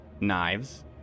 knives